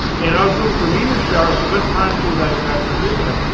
and i was looking for meet yore showers. the best time for that is after midnight.